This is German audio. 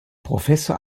professor